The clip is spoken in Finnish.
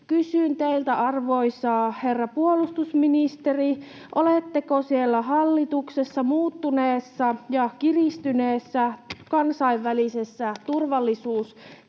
Kysyn teiltä, arvoisa herra puolustusministeri: oletteko siellä hallituksessa muuttuneessa ja kiristyneessä kansainvälisessä turvallisuustilanteessa